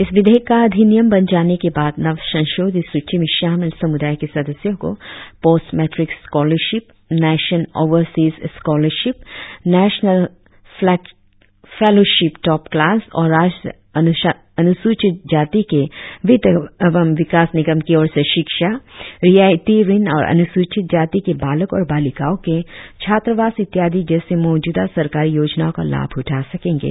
इस विधेयक का अधियनियम बन जाने के बाद नव संशोधित सूची में शामिल समुदाय के सदस्यों को post matric scholarship nation overseas scholarship national fellowship top class और राष्ट्रीय अनुसूचित जाति के वित्त एवं विकास निगम की ओर से शिक्षा रियायती ऋण और अनुसूचित बालक और बालिकाओं के छात्रावास इत्यादि जैसी मौजूदा सरकारी योजनाओं का लाभ उठा सकेंगे